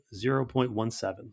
0.17